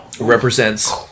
represents